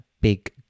big